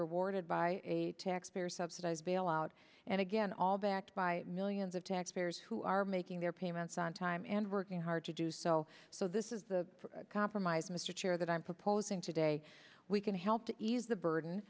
rewarded by a taxpayer subsidized bailout and again all backed by millions of taxpayers who are making their payments on time and working hard to do so so this is the compromise mr chair that i'm proposing today we can help to ease the burden